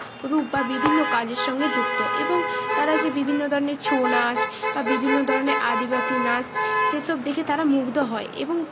রূপ বা বিভিন্ন কাজের সঙ্গে যুক্ত এবং তারা যে বিভিন্ন ধরনের ছৌ নাচ বা বিভিন্ন ধরনের আদিবাসী নাচ সেসব দেখে তারা মুগ্ধ হয় এবং